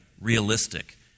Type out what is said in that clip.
realistic